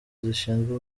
zishinzwe